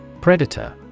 Predator